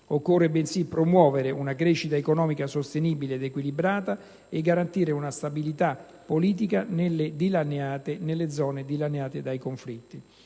Occorre bensì promuovere una crescita economica sostenibile ed equilibrata e garantire una stabilità politica nelle zone dilaniate da conflitti.